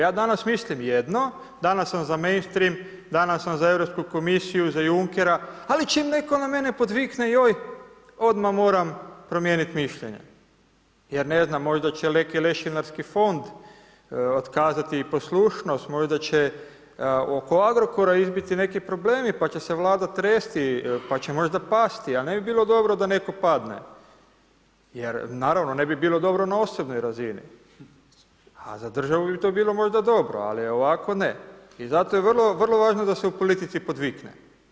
Ja danas mislim na jedno, danas sam za mainstream, danas sam za Europsku komisiju za Junckera, ali čim neko na mene podvikne joj odmah moram promijeniti mišljenje jer ne znam možda će … lešinarski fond otkazati poslušnost, možda će oko Agrokora izbiti neki problemi pa će se Vlada tresti, pa će možda pasti, a ne bi bilo dobro da neko padne jer naravno ne bi bilo dobro na osobnoj razini, a za državu bi to možda bilo dobro, a ovako ne i zato je vrlo važno da se u politici podvikne.